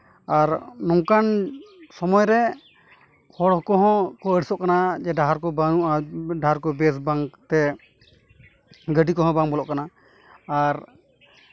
ᱟᱨ ᱱᱚᱝᱠᱟᱱ ᱥᱚᱢᱚᱭ ᱨᱮ ᱦᱚᱲ ᱠᱚᱦᱚᱸ ᱠᱚ ᱟᱹᱲᱤᱥᱚᱜ ᱠᱟᱱᱟ ᱡᱮ ᱰᱟᱦᱟᱨ ᱠᱚ ᱵᱟᱹᱱᱩᱜᱼᱟ ᱰᱟᱦᱟᱨ ᱠᱚ ᱵᱮᱥ ᱵᱟᱝᱛᱮ ᱜᱟᱹᱰᱤ ᱠᱚᱦᱚᱸ ᱵᱟᱝ ᱵᱚᱞᱚᱜ ᱠᱟᱱᱟ ᱟᱨ